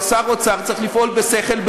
שר אוצר צריך לפעול בשכל,